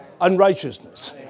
unrighteousness